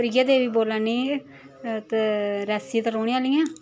प्रिया देवी बोलै नी ते रियासी दी रौह्ने आह्ली आं